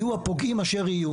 יהיו הפוגעים אשר יהיו.